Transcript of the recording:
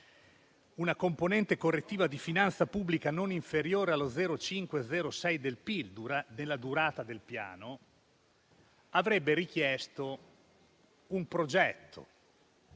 una componente correttiva di finanza pubblica non inferiore allo 0,5-0,6 del PIL, della durata del Piano, avrebbe richiesto un progetto,